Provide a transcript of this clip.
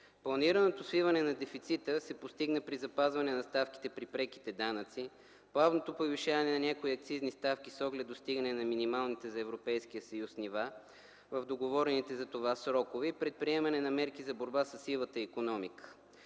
Планираното свиване на дефицита се постигна при запазване на ставките при преките данъци, плавното повишаване на някои акцизни ставки с оглед достигане на минималните за Европейския съюз нива в договорените за това срокове и предприемане на мерки за борба със сивата икономика.